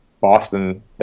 Boston